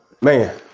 man